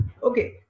Okay